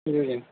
جی